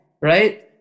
Right